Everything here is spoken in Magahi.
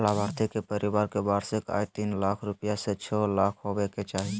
लाभार्थी के परिवार के वार्षिक आय तीन लाख रूपया से छो लाख होबय के चाही